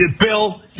Bill